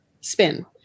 spin